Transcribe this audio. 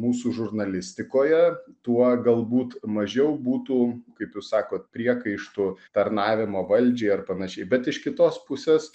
mūsų žurnalistikoje tuo galbūt mažiau būtų kaip jūs sakot priekaištų tarnavimo valdžiai ar panašiai bet iš kitos pusės